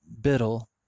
Biddle